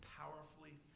powerfully